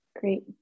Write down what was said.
great